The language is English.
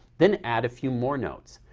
then add a few more notes.